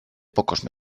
pocos